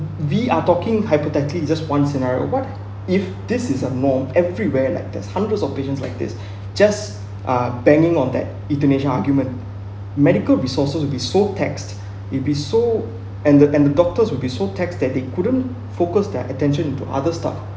we are talking hypothetically you just one scenario what if this is a more everywhere like there's hundreds of patients like this just uh are baning on that euthanasia argument medical resources will be so taxed it'll be so and the and the doctors will be so taxed that they couldn't focus their attention into other stuff